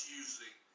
using